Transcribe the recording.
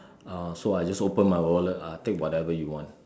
uh so I just open my wallet uh take whatever you want